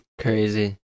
crazy